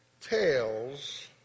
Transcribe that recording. tails